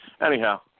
anyhow